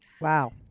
Wow